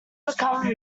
become